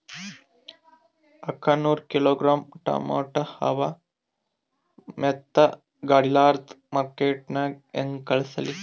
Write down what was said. ಅಕ್ಕಾ ನೂರ kilogram tomato ಅವ, ಮೆತ್ತಗಬಡಿಲಾರ್ದೆ ಮಾರ್ಕಿಟಗೆ ಹೆಂಗ ಕಳಸಲಿ?